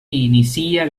inicia